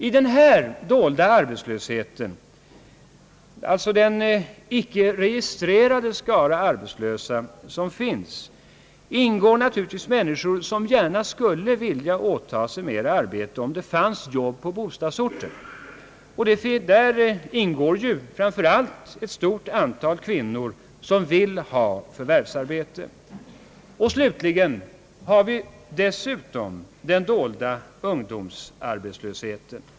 I denna dolda arbetslöshet — alltså den icke registrerade skara arbetslösa som finns — ingår naturligtvis människor som gärna skulle vilja åta sig mer arbete om det fanns jobb på bostadsorten. Där ingår vidare och framför allt ett stort antal kvinnor som vill ha förvärvsarbete. Dessutom har vi slutligen den dolda ungdomsarbetslösheten.